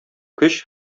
көч